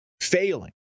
failing